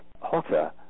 hotter